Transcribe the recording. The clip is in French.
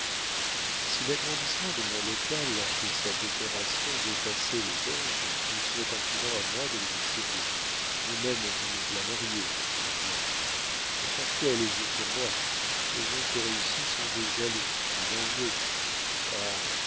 si l'agrandissement de mon local et sa décoration dépassaient les bornes il serait imprudent à moi de les excéder vous-même vous me blâmeriez lourdois le quartier a les yeux sur moi les gens qui réussissent ont des jaloux des envieux